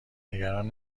نگران